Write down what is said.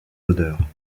odeurs